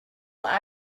will